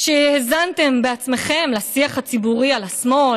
שהזנתם בעצמכם לשיח הציבורי על השמאל,